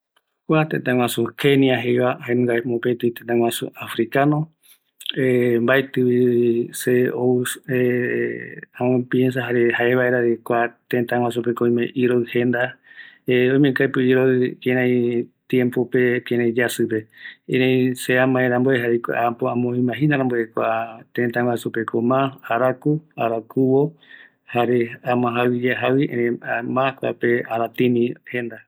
Kenia tërtä africano vi, kua yaenduramboeve, jaeko Arakuvo jenda yaesa rämi opaete kua tëtä kuarupigua reta rämi